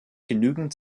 genügend